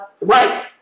right